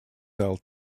sell